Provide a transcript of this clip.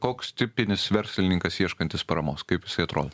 koks tipinis verslininkas ieškantis paramos kaip jisai atrodo